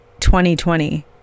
2020